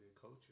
culture